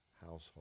household